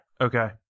Okay